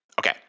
Okay